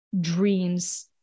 dreams